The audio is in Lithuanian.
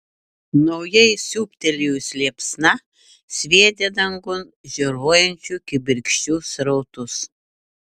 naujai siūbtelėjusi liepsna sviedė dangun žėruojančių kibirkščių srautus